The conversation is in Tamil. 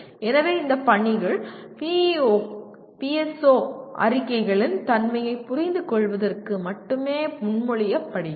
எனவே இந்த பணிகள் PEO PSO அறிக்கைகளின் தன்மையைப் புரிந்துகொள்வதற்கு மட்டுமே முன்மொழியப்படுகின்றன